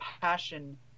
passion